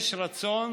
יש רצון